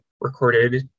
recorded